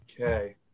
Okay